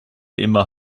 immer